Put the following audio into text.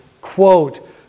Quote